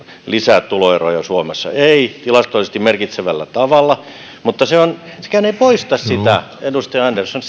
lisää tuloeroja suomessa eivät tilastollisesti merkitsevällä tavalla mutta sekään ei poista sitä edustaja andersson